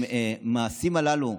עם המעשים הללו,